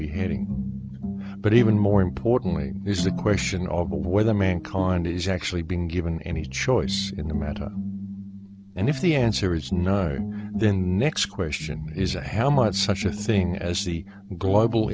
be heading but even more importantly is the question of whether mankind is actually being given any choice in the matter and if the answer is no then the next question is how much such a thing as the global